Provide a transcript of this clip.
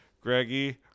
Greggy